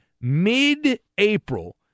mid-April